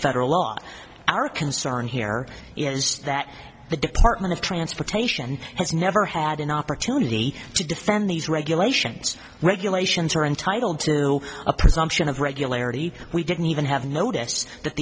federal law our concern here is that the department of transportation has never had an opportunity to defend these regulations regulations are entitled to a presumption of regularity we didn't even have notice that